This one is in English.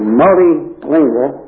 multilingual